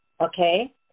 Okay